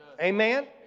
Amen